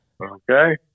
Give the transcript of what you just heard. Okay